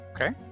Okay